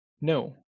No